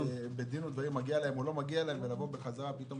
שני צווים, בדומה למה שעשינו פה כבר מספר פעמים.